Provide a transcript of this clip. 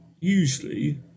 usually